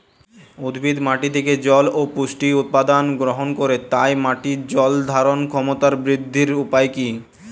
উদ্ভিদ মাটি থেকে জল ও পুষ্টি উপাদান গ্রহণ করে তাই মাটির জল ধারণ ক্ষমতার বৃদ্ধির উপায় কী?